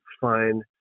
fine